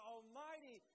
Almighty